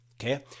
okay